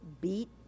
beat